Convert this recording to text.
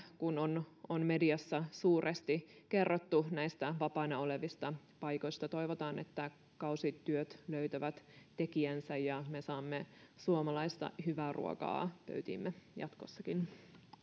kun mediassa on suuresti kerrottu näistä vapaana olevista paikoista toivotaan että kausityöt löytävät tekijänsä ja me saamme suomalaista hyvää ruokaa pöytiimme jatkossakin